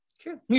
True